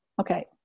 okay